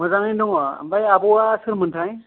मोजांयैनो दङ आमफाय आब' आ सोरमोनथाय